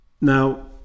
Now